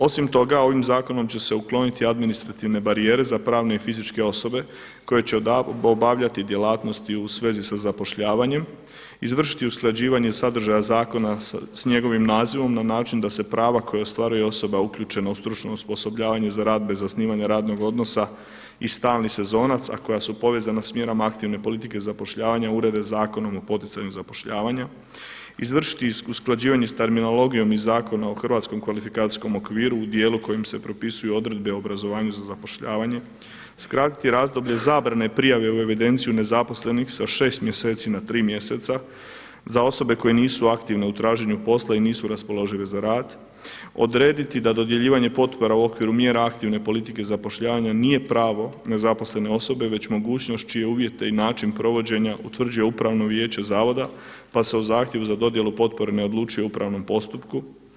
Osim toga, ovim zakonom će se ukloniti administrativne barijere za pravne i fizičke osobe koje će obavljati djelatnosti u svezi sa zapošljavanjem, izvršiti usklađivanje sadržaja zakona sa njegovim nazivom na način da se prava koja ostvaruje osoba uključena u stručno osposobljavanje za rad bez zasnivanja radnog odnosa i stalnih sezonaca, a koja su povezana sa mjerom aktivne politike zapošljavanja urede zakonom o poticanju zapošljavanja, izvršiti usklađivanje sa terminologijom iz Zakona o hrvatskom kvalifikacijskom okviru u dijelu u kojem se propisuju odredbe o obrazovanju za zapošljavanje, skratiti razdoblje zabrane prijave u evidenciju nezaposlenih sa 6 mjeseci na tri mjeseca za osobe koje nisu aktivne u traženju posla i nisu raspoložive za rad, odrediti da dodjeljivanje potpora u okviru mjera aktivne politike zapošljavanja nije pravo nezaposlene osobe već mogućnost čije uvjete i način provođenja utvrđuje Upravno vijeće zavoda, pa se u zahtjevu za dodjelu potpore ne odlučuje u upravnom postupku.